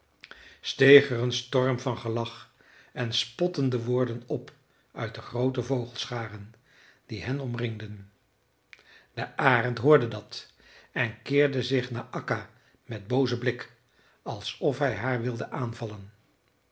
er een storm van gelach en spottende woorden op uit de groote vogelscharen die hen omringden de arend hoorde dat en keerde zich naar akka met boozen blik alsof hij haar wilde aanvallen